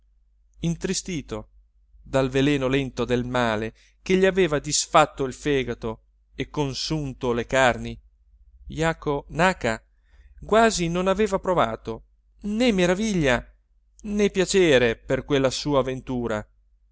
intristito dal veleno lento del male che gli aveva disfatto il fegato e consunto le carni jaco naca quasi non aveva provato né meraviglia né piacere per quella sua ventura